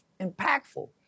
impactful